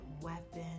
weapon